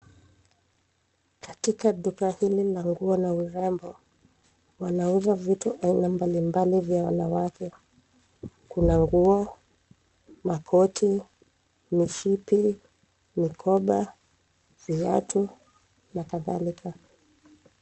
Katika duka hili la nguo na urembo, wanauza vitu aina mbalimbali vya wanawake. Kuna nguo, makoti, mishipi, mikoba, viatu na kadhalika.